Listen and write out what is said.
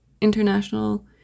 international